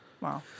Wow